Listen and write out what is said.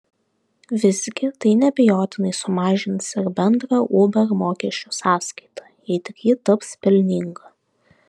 visgi tai neabejotinai sumažins ir bendrą uber mokesčių sąskaitą jei tik ji taps pelninga